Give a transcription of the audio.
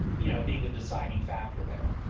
you know, being the deciding factor there.